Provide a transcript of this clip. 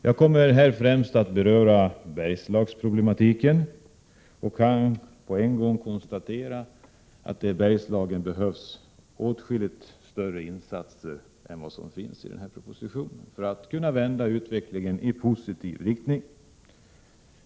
Jag kommer främst att beröra Bergslagsproblematiken, och jag kan på en gång konstatera att det i Bergslagen behövs åtskilligt större insatser än vad som finns i propositionen för att utvecklingen skall kunna vändas i positiv riktning.